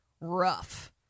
rough